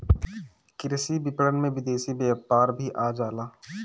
कृषि विपणन में विदेशी व्यापार भी आ जाला